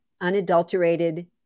unadulterated